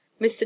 Mr